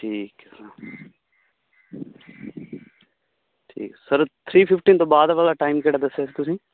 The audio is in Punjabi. ਠੀਕ ਹੈ ਸਰ ਠੀਕ ਸਰ ਥਰੀ ਫਿਫਟੀਨ ਤੋਂ ਬਾਅਦ ਵਾਲਾ ਟਾਈਮ ਕਿਹੜਾ ਦੱਸਿਆ ਸੀ ਤੁਸੀਂ